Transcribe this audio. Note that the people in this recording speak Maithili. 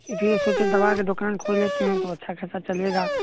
इसलिए सोचे दवा का दोकान खोल लेते है तो अच्छा खासा चलेगा